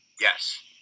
Yes